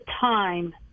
time